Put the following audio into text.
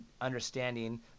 understanding